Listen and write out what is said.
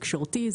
תקשורתי,